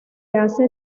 hace